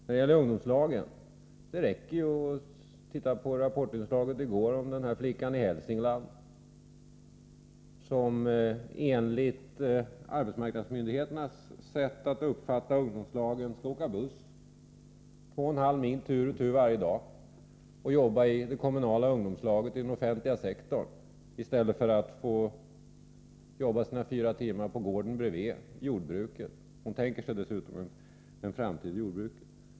När det gäller ungdomslagen: Det räcker ju att ha tittat på Rapportinslaget i går om flickan i Hälsingland, som enligt arbetsmarknadsmyndigheternas sätt att uppfatta ungdomslagen skall åka buss två och en halv mil tur och retur varje dag och jobba i det kommunala ungdomslaget i den offentliga sektorn i stället för att jobba sina fyra timmar på gården bredvid, i jordbruket. Hon tänker sig dessutom en framtid i jordbruket.